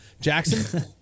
Jackson